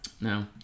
No